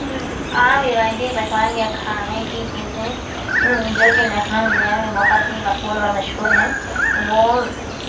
عام روایتی پکوان یا کھانے کی چیزیں جوکہ لکھنؤ ضلع میں بہت ہی مقبول و مشہور ہیں وہ